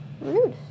Rude